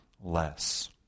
less